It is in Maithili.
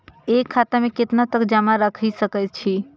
एक खाता में केतना तक जमा राईख सके छिए?